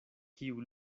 kiu